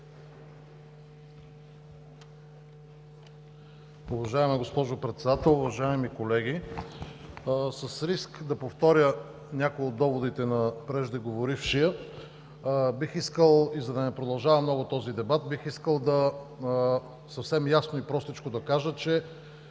Уважаема госпожо Председател, уважаеми колеги, с риск да повторя някои от доводите на преждеговорившия и за да не продължава много този дебат, бих искал съвсем ясно и простичко да кажа, че